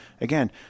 again